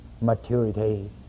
maturity